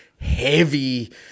heavy